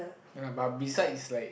ya lah but beside it's like